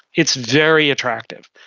it's very attractive.